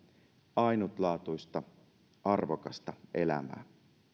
ainutlaatuista arvokasta elämää